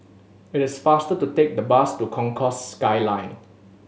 it is faster to take the bus to Concourse Skyline